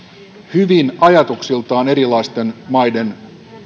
hyvin erilaistenkin maiden